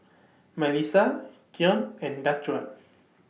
Mellissa Keon and Daquan